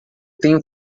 tenho